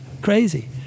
crazy